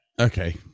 Okay